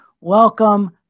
welcome